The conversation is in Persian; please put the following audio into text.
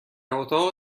اتاق